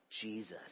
Jesus